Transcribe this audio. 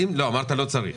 לא צריך